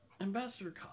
Ambassador